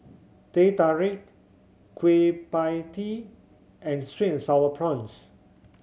Teh Tarik Kueh Pie Tee and sweet and Sour Prawns